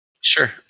Sure